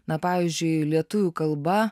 na pavyzdžiui lietuvių kalba